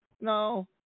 No